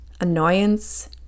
annoyance